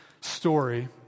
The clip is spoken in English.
story